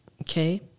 okay